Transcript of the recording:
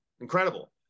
incredible